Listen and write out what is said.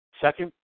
second